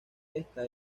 esta